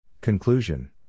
Conclusion